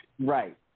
Right